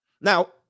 Now